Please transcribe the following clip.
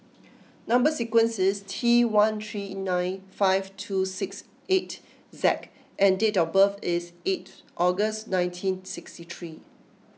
Number Sequence is T one three nine five two six eight Z and date of birth is eighth August nineteen sixty three